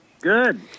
Good